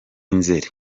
nzeli